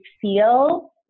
feel